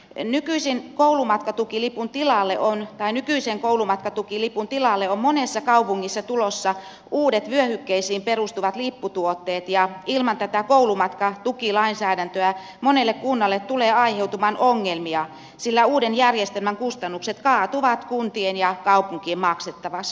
en nykyisen koulumatkatukilipun tilalleoon tai nykyisen koulumatkatukilipun tilalle ovat monessa kaupungissa tulossa uudet vyöhykkeisiin perustuvat lipputuotteet ja ilman tätä koulumatkatukilainsäädäntöä monelle kunnalle tulee aiheutumaan ongelmia sillä uuden järjestelmän kustannukset kaatuvat kuntien ja kaupunkien maksettavaksi